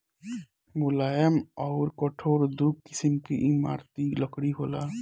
मुलायम अउर कठोर दू किसिम के इमारती लकड़ी होला